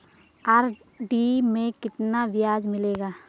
RD में कितना ब्याज मिलेगा?